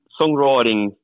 songwriting